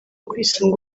kwisunga